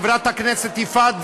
חברת הכנסת יפעת,